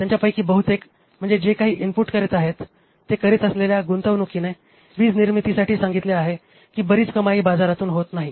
त्यांच्यापैकी बहुतेक म्हणजे जे काही इनपुट करीत आहेत ते करीत असलेल्या गुंतवणूकीने वीज निर्मितीसाठी सांगितले आहे की बरीच कमाई बाजारातून होत नाही